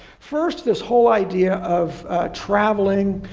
first, this whole idea of traveling